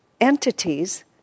entities